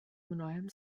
mnohem